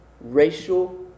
racial